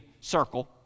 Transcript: circle